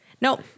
Nope